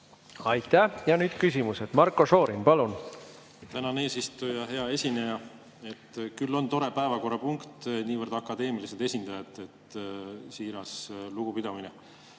Aitäh! Ja nüüd küsimused. Marko Šorin, palun! Tänan, eesistuja! Hea esineja! Küll on tore päevakorrapunkt niivõrd akadeemiliselt esindajalt – siiras lugupidamine.